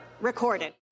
recorded